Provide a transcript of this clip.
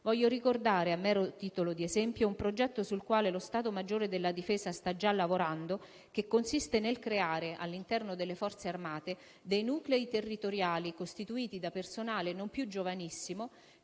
Voglio ricordare, a mero titolo di esempio, un progetto sul quale lo Stato maggiore della difesa sta già lavorando, che consiste nel creare, all'interno delle Forze armate, dei nuclei territoriali costituiti da personale non più giovanissimo